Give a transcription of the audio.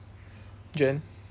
jen